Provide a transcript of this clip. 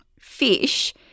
fish